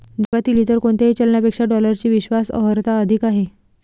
जगातील इतर कोणत्याही चलनापेक्षा डॉलरची विश्वास अर्हता अधिक आहे